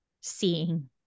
seeing